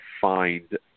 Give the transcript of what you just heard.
find